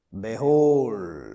Behold